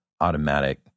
automatic